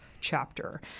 chapter